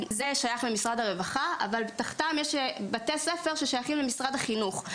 זה שייך למשרד הרווחה אבל תחתם יש בתי ספר ששייכים למשרד החינוך.